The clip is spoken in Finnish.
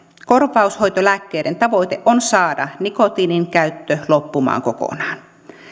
korvaushoitolääkkeiden tavoite on saada nikotiinin käyttö loppumaan kokonaan